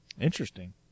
Interesting